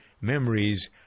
memories